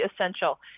essential